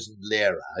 lira